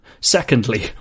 Secondly